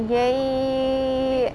!yay!